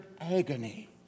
agony